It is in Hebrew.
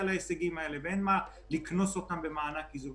להישגים האלה ואין מה לקנוס אותן במענק איזון.